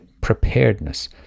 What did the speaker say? preparedness